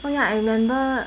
oh ya I remember